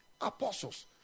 apostles